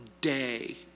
day